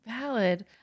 valid